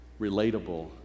relatable